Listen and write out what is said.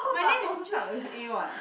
my name also start with A what